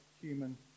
human